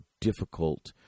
difficult